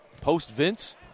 post-Vince –